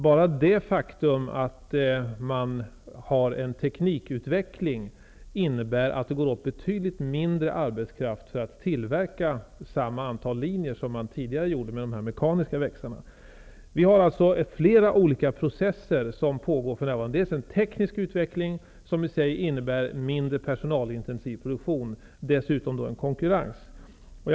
Bara det faktum att det pågår en teknikutveckling innebär att det går åt betydligt mindre arbetskraft till att tillverka samma antal linjer som tidigare vid tillverkning av mekaniska växlar. Det pågår alltså olika processer för närvarande -- dels pågår en teknisk utveckling som i sin tur innebär en mindre personalintensiv produktion, dels ökar konkurrensen.